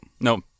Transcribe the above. No